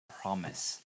promise